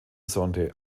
sonde